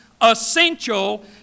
essential